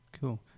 Cool